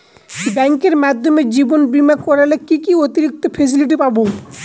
ব্যাংকের মাধ্যমে জীবন বীমা করলে কি কি অতিরিক্ত ফেসিলিটি পাব?